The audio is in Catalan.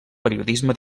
periodisme